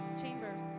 Chambers